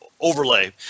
overlay